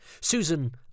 Susan